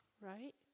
Right